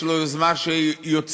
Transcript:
יש לו יוזמה שיוצרת